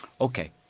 Okay